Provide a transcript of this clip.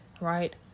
right